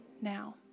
now